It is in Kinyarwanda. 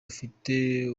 afite